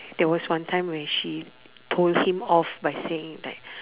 there was one time where she told him off by saying like